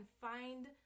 find